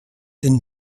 den